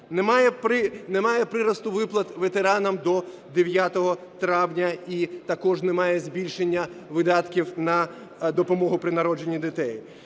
Немає приросту виплат ветеранам до 9 травня і також немає збільшення видатків на допомогу при народженні дітей.